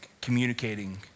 communicating